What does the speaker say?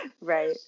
Right